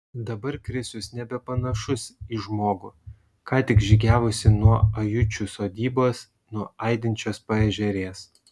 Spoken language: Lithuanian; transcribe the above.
dabar krisius nebepanašus į žmogų ką tik žygiavusį nuo ajučių sodybos nuo aidinčios paežerės